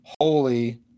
holy